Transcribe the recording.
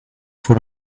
for